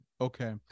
Okay